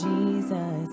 Jesus